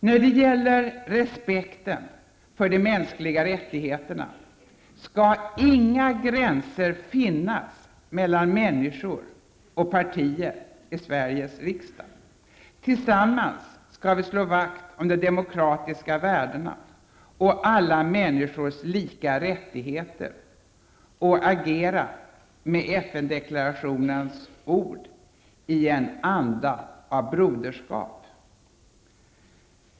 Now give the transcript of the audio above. När det gäller respekten för de mänskliga rättigheterna skall inga gränser finnas mellan människor och partier i Sveriges riksdag. Tillsammans skall vi slå vakt om demokratiska värden och alla människors lika rättigheter och agera -- med FN-deklarationens ord -- ''i en anda av broderskap''.